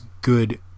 good